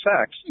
sex